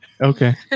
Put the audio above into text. okay